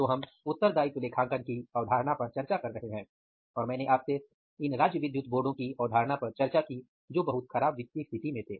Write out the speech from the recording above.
तो हम उत्तरदायित्व लेखांकन की अवधारणा पर चर्चा कर रहे हैं और मैंने आपसे इन राज्य विद्युत बोर्डों की अवधारणा पर चर्चा की जो बहुत खराब वित्तीय स्थिति में थे